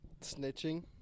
snitching